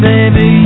Baby